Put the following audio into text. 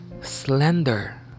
slender